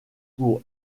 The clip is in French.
pour